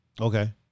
Okay